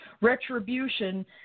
Retribution